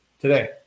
today